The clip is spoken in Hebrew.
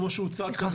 כמו שהוצג כאן,